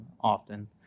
often